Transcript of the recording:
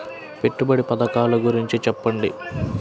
పెట్టుబడి పథకాల గురించి చెప్పండి?